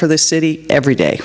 for the city every day